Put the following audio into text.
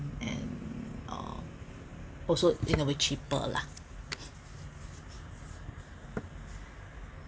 and um also in a way cheaper lah